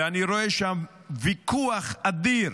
ואני רואה שם ויכוח אדיר